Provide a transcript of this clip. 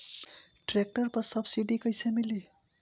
Tractor पर subsidy कैसे मिली?